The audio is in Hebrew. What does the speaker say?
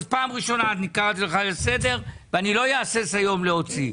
אז פעם ראשונה קראתי לך לסדר ואני לא אהסס היום להוציא.